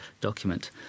document